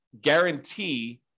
guarantee